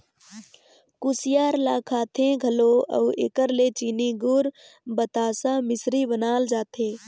कुसियार ल खाथें घलो अउ एकर ले चीनी, गूर, बतासा, मिसरी बनाल जाथे